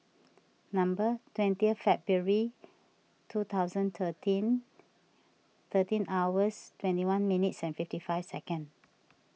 number twenty February two thousand thirteen thirteen hours twenty one minutes and fifty five second